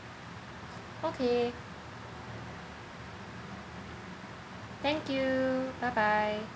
okay thank you bye bye